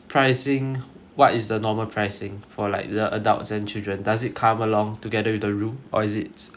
what is the normal pricing for like the adults and children does it come along together with the room or is it a separate pricing